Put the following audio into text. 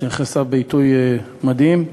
שנכנסה בעיתוי מדהים,